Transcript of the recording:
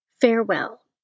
Farewell